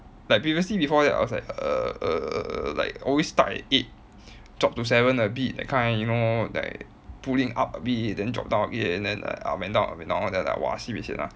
like previously before that I was like err err like always stuck at eight drop to seven a bit that kind you know like pulling up a bit then drop down again and then like up and down up and down all that then like !wah! sibeh sian ah